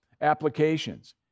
applications